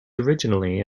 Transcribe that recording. originally